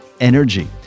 energy